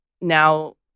now